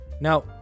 Now